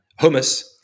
hummus